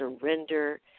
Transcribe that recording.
surrender